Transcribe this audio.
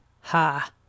ha